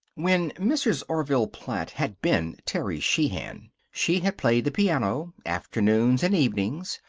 when mrs. orville platt had been terry sheehan, she had played the piano, afternoons and evenings,